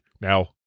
now